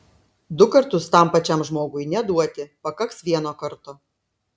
du kartus tam pačiam žmogui neduoti pakaks vieno karto